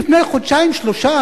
לפני חודשים-שלושה,